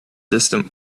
distant